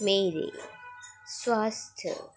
मेरे स्वास्थ्य